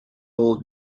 old